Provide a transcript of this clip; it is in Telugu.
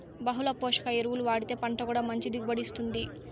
బహుళ పోషక ఎరువులు వాడితే పంట కూడా మంచి దిగుబడిని ఇత్తుంది